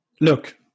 Look